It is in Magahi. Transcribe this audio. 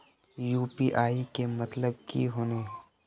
यु.पी.आई के मतलब की होने?